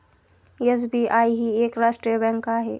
SBI ही एक राष्ट्रीय बँक आहे